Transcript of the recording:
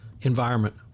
environment